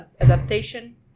adaptation